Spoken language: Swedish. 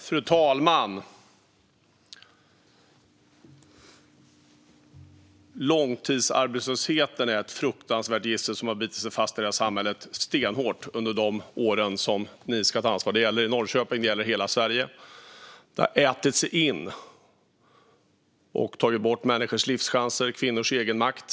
Fru talman! Långtidsarbetslösheten är ett fruktansvärt gissel som stenhårt har bitit sig fast i samhället under de år som ni ska ta ansvar för, Teresa Carvalho. Det gäller Norrköping och hela Sverige. Det har ätit sig in och tagit bort människors livschanser och kvinnors egenmakt.